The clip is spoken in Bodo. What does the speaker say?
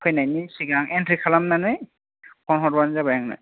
फैनायनि सिगां एनट्रि खालामनानै फन हरबानो जाबाय आंनो